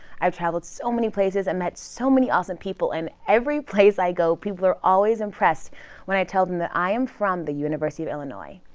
i've traveled so many places i met so many awesome people and every place i go people are always impressed when i tell them that i am from the university of illinois,